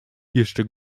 jeszcze